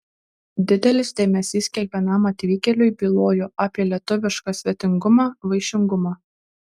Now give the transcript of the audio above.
didelis dėmesys kiekvienam atvykėliui bylojo apie lietuvišką svetingumą vaišingumą